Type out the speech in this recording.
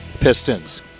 Pistons